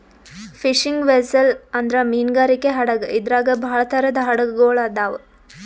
fishing vessel ಅಂದ್ರ ಮೀನ್ಗಾರಿಕೆ ಹಡಗ್ ಇದ್ರಾಗ್ ಭಾಳ್ ಥರದ್ ಹಡಗ್ ಗೊಳ್ ಅದಾವ್